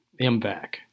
MVAC